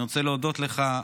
אני רוצה להודות לך,